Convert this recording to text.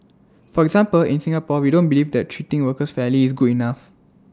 for example in Singapore we don't believe that treating workers fairly is good enough